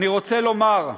אני רוצה לומר: